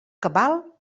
cabal